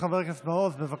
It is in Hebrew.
חבר הכנסת מעוז, בבקשה,